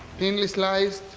thinly sliced